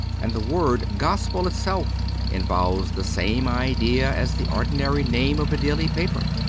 and the word gospel itself involves the same idea as the ordinary name of a daily paper.